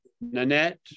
Nanette